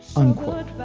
unquote.